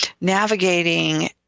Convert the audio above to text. navigating